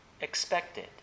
expected